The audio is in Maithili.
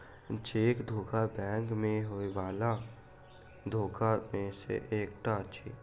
चेक धोखा बैंक मे होयबला धोखा मे सॅ एकटा अछि